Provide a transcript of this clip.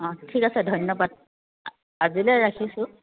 অ ঠিক আছে ধন্যবাদ আজিলৈ ৰাখিছোঁ